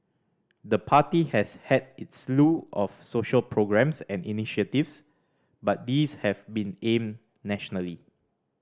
the party has had its slew of social programmes and initiatives but these have been aimed nationally